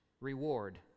reward